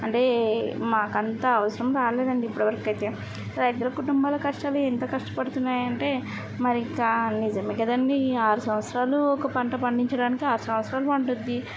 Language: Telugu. అంటే మాకంత అవసరం రాలేదండీ ఇప్పుడువరకైతే రైతుల కుటుంబాల కష్టాలు ఎంత కష్టపడుతున్నాయంటే మరి ఇంకా నిజమే కదండీ ఈ ఆరు సంవత్సరాలు ఒక పంట పండించడానికి ఆరు సంవత్సరాలు పండుతుంది